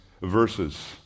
verses